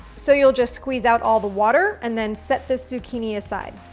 so, you'll just squeeze out all the water and then set this zucchini aside.